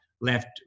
left